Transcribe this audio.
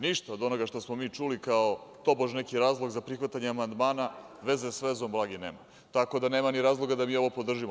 Ništa od onoga što smo mi čuli kao tobož neki razlog za prihvatanje amandmana, veze sa vezom blage nema, tako da nema ni razloga da mi ovo podržimo.